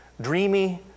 dreamy